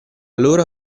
loro